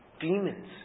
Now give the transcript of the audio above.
Demons